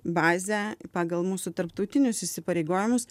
bazę pagal mūsų tarptautinius įsipareigojimus